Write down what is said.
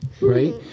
right